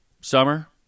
Summer